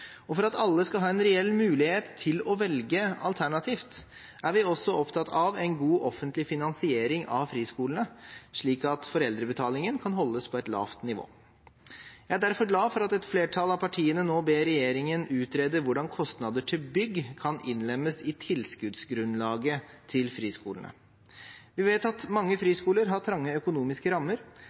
rammevilkår. For at alle skal ha en reell mulighet til å velge alternativt, er vi også opptatt av en god offentlig finansiering av friskolene, slik at foreldrebetalingen kan holdes på et lavt nivå. Jeg er derfor glad for at et flertall av partiene nå ber regjeringen utrede hvordan kostnader til bygg kan innlemmes i tilskuddsgrunnlaget til friskolene. Vi vet at mange friskoler har trange økonomiske rammer,